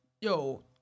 yo